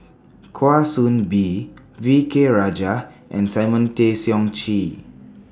Kwa Soon Bee V K Rajah and Simon Tay Seong Chee